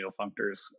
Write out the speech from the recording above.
functors